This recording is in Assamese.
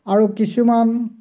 আৰু কিছুমান